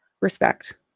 respect